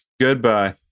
Goodbye